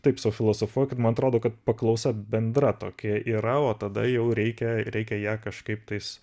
taip sau filosofuoju kad man atrodo kad paklausa bendra tokia yra o tada jau reikia reikia ją kažkaip tais